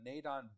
nadon